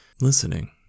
listening